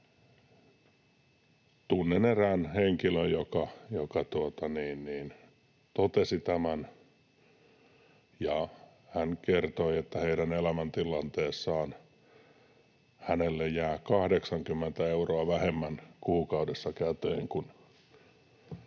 Tunnen erään henkilön, joka totesi tämän, ja hän kertoi, että heidän elämäntilanteessaan hänelle jää 80 euroa vähemmän kuukaudessa käteen kun hän